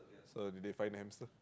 so did they find the hamster